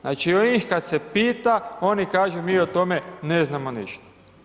Znači njih kada se pita, oni kažu mi o tome ne znamo ništa.